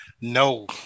No